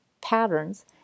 patterns